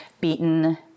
beaten